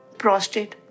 prostate